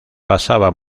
pasaba